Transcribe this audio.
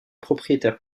propriétaires